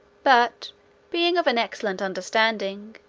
but being of an excellent understanding,